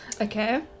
Okay